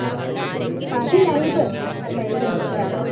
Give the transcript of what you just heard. ആ അതു ലൈവ് ആ ലൈവ് നമുക്കു കാണാം